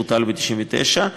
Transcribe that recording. שבוטל ב-1999.